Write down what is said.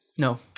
No